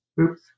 oops